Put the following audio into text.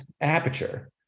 aperture